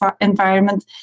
environment